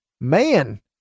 man